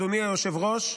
אדוני היושב-ראש,